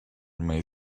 may